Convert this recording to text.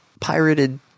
pirated